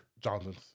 Johnson's